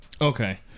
Okay